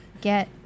get